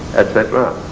etc.